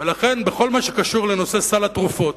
ולכן, בכל מה שקשור לנושא סל התרופות,